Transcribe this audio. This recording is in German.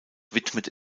widmet